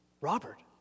Robert